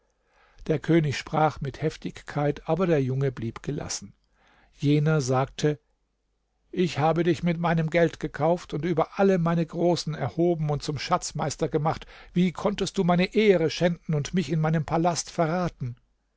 der könig sprach mit heftigkeit der junge aber gelassen jener sagte ich habe dich mit meinem geld gekauft und über alle meine großen erhoben und zum schatzmeister gemacht wie konntest du meine ehre schänden und mich in meinem palast verraten